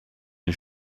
den